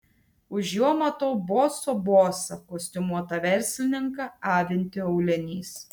už jo matau boso bosą kostiumuotą verslininką avintį auliniais